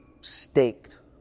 staked